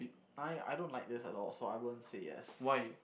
I I don't like this at all so I won't say yes